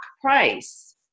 price